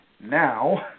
Now